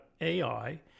AI